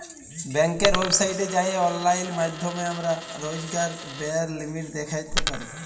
ব্যাংকের ওয়েবসাইটে যাঁয়ে অললাইল মাইধ্যমে আমরা রইজকার ব্যায়ের লিমিট দ্যাইখতে পারি